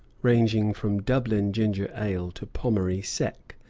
ranging from dublin ginger ale to pommery sec.